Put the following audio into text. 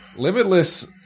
Limitless